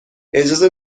اجازه